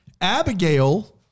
Abigail